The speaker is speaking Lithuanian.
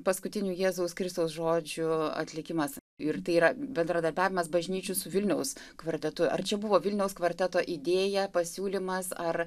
paskutinių jėzaus kristaus žodžių atlikimas ir tai yra bendradarbiavimas bažnyčių su vilniaus kvartetu ar čia buvo vilniaus kvarteto idėja pasiūlymas ar